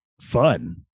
fun